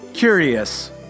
Curious